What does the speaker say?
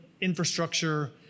infrastructure